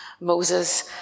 Moses